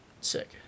sick